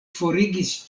forigis